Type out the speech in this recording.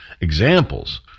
examples